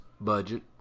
budget